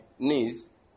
knees